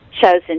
chosen